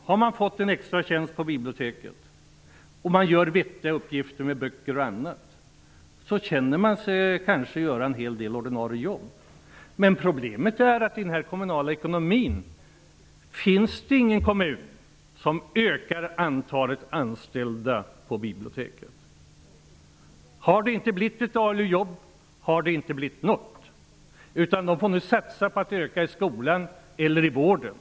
Om han har fått en extra tjänst på biblioteket och han har vettiga uppgifter känns det kanske som om han gör ett ordinarie jobb. Problemet är att det i dagens ekonomiska läge inte finns någon kommun som ökar antalet anställda på biblioteken. Om det inte har blivit ett ALU-jobb har det inte blivit något jobb alls. Nu får man satsa på skolan eller vården.